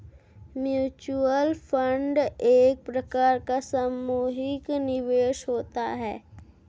mutual fund एक प्रकार का सामुहिक निवेश होता है